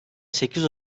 sekiz